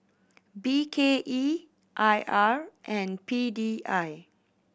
B K E I R and P D I